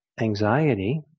anxiety